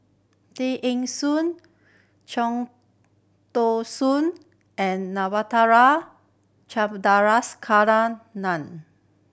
Tay Eng Soon Tao Soon and